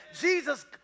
Jesus